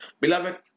Beloved